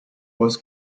was